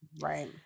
Right